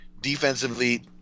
defensively